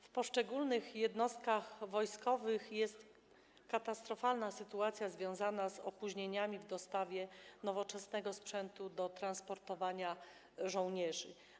W poszczególnych jednostkach wojskowych jest katastrofalna sytuacja związana z opóźnieniami w dostawie nowoczesnego sprzętu do transportowania żołnierzy.